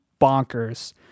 bonkers